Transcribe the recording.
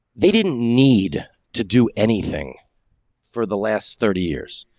they didn't need to do anything for the last thirty years,